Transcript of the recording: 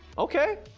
okay?